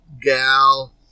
gal